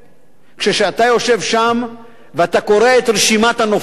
כשאתה יושב שם ואתה קורא את רשימת הנופלים,